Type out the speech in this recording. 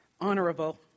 honorable